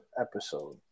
episode